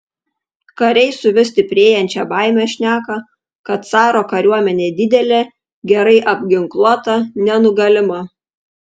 kariai su vis stiprėjančia baime šneka kad caro kariuomenė didelė gerai apginkluota nenugalima